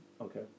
Okay